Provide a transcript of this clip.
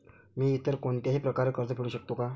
मी इतर कोणत्याही प्रकारे कर्ज फेडू शकते का?